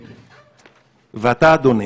ואתה, אדוני,